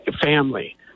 family